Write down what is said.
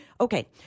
Okay